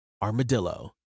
Armadillo